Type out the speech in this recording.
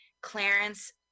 Clarence